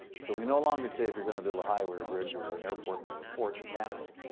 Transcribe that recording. so, we no longer say, if you're going to build a highway or a bridge or an airport and or a port in canada,